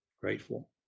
Grateful